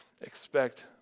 expect